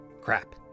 Crap